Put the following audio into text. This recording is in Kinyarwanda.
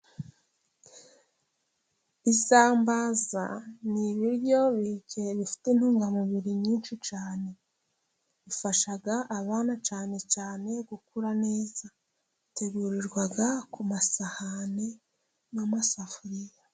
Isambaza ni ibiryo bike bifite intungamubiri nyinshi cyane, bifasha abana cyane cyane gukura neza bitegurirwa ku masahane n'amasafuriya.